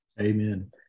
Amen